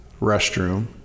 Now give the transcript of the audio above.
restroom